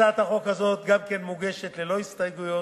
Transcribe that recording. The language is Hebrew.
הצעת החוק הזאת גם כן מוגשת ללא הסתייגויות,